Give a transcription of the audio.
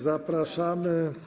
Zapraszamy.